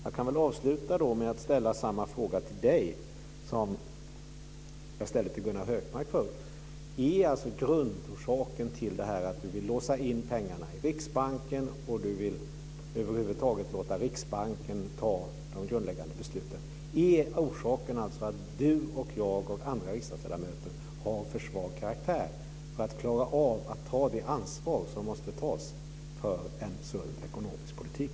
Jag kan avsluta med att ställa samma fråga till Mats Odell som jag förut ställde till Gunnar Hökmark. Är grundorsaken till att Mats Odell vill låsa in pengarna i Riksbanken och över huvud taget låta Riksbanken fatta de grundläggande besluten att Mats Odell, jag och andra riksdagsledamöter har för svag karaktär för att klara av att ta det ansvar som måste tas för en sund ekonomisk politik?